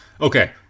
okay